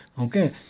Okay